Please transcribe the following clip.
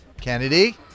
Kennedy